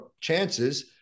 chances